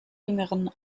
jüngeren